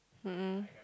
mm mm